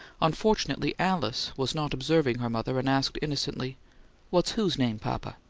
unfortunately alice was not observing her mother, and asked, innocently what's whose name, papa?